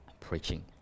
preaching